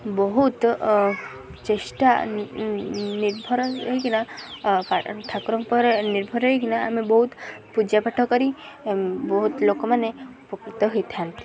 ବହୁତ ଚେଷ୍ଟା ନିର୍ଭର ହେଇକିନା ଠାକୁରଙ୍କ ନିର୍ଭର ହେଇକିନା ଆମେ ବହୁତ ପୂଜା ପାଠ କରି ବହୁତ ଲୋକମାନେ ଉପକୃତ ହୋଇଥାନ୍ତି